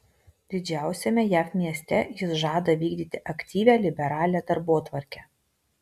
didžiausiame jav mieste jis žada vykdyti aktyvią liberalią darbotvarkę